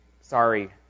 Sorry